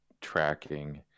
tracking